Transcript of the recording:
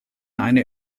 eine